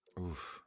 Oof